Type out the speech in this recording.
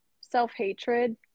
self-hatred